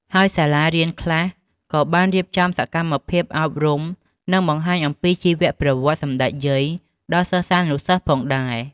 ហើយសាលារៀនខ្លះក៏បានរៀបចំសកម្មភាពអប់រំនិងបង្ហាញអំពីជីវប្រវត្តិសម្តេចយាយដល់សិស្សានុសិស្សផងដែរ។